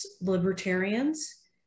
libertarians